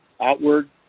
outward